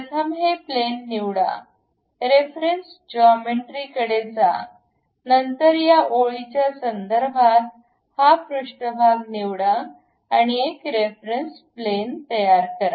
प्रथम हे प्लेन निवडा रेफरन्स जॉमेट्री कडे जा नंतर या ओळीच्या संदर्भात ही पृष्ठभाग निवडा एक रेफरन्स प्लॅन तयार करा